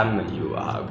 !haiya! 对 orh